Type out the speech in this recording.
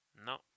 No